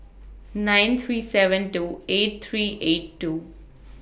nine three seven two eight three eight two